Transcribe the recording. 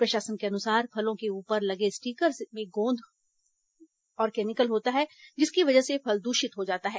प्रशासन के अनुसार फलों के ऊपर लगे स्टीकर के गोंद में कैमिकल होता है जिसकी वजह से फल दूषित हो जाता है